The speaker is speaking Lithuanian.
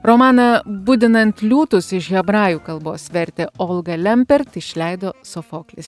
romaną budinant liūtus iš hebrajų kalbos vertė olga lempert išleido sofoklis